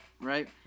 right